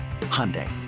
Hyundai